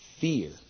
fear